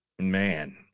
Man